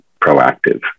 proactive